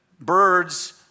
birds